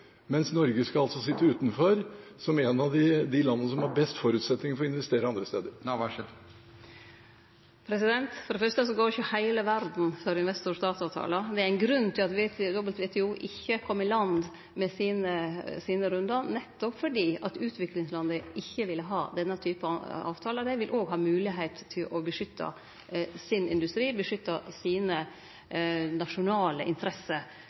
mens Norge altså skal sitte utenfor, som et av de landene som har best forutsetninger for å investere andre steder? For det fyrste går ikkje heile verda for investor–stat-avtalar. Det er ein grunn til at WTO ikkje kom i land med sine rundar, nettopp fordi utviklingslanda ikkje ville ha denne type avtalar. Dei vil òg ha moglegheit til å beskytte sin industri, beskytte sine nasjonale interesser,